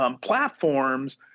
platforms